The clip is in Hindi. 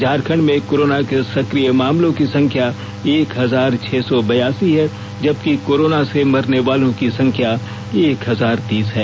झारखंड में कोरोना के सक्रिय मामलों की संख्या एक हजार छह सौ बयासी है जबकि कोरोना से मरने वालों की संख्या एक हजार तीस है